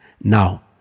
Now